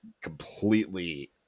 completely